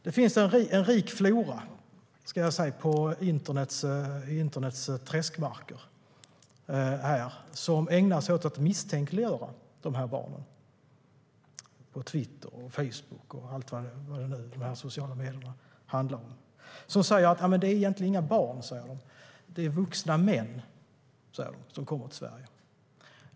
Det finns i internets träskmarker en rik flora av misstänkliggöranden av de här barnen. Det finns på Twitter, Facebook och andra sociala medier. Egentligen är det inga barn som kommer till Sverige, sägs det, utan vuxna män.